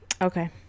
Okay